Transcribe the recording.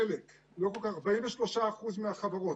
חלק, 43% מהחברות.